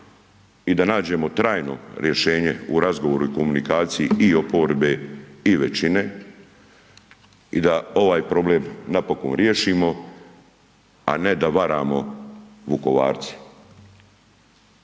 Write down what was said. i da nađemo trajno rješenje u razgovoru i komunikaciji i oporbe i većine i da ovaj problem napokon riješimo, a ne da varamo Vukovarce.